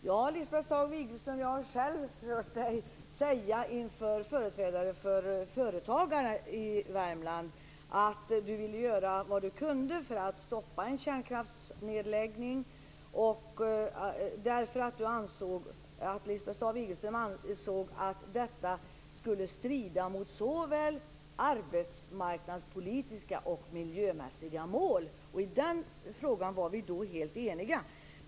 Herr talman! Jag har själv hört Lisbeth Staaf Igelström inför företrädare för företagarna i Värmland säga att hon ville göra vad hon kunde för att stoppa en kärnkraftsnedläggning. Hon ansåg nämligen att detta skulle strida mot såväl arbetsmarknadspolitiska som miljömässiga mål. I den frågan var vi då helt eniga.